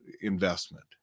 investment